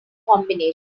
combination